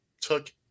took